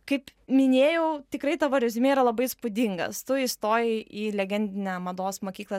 kaip minėjau tikrai tavo reziumė yra labai įspūdingas tu įstojai į legendinę mados mokyklą